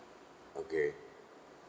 okay